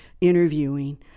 interviewing